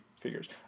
figures